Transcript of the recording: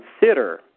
Consider